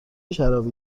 شرابی